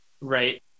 right